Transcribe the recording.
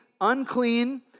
unclean